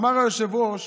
אמר היושב-ראש,